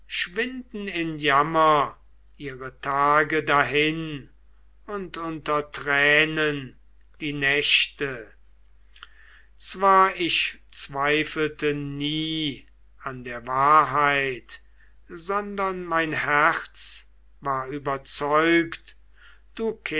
schwinden in jammer ihre tage dahin und unter tränen die nächte zwar ich zweifelte nie an der wahrheit sondern mein herz war überzeugt du